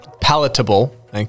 palatable